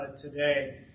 today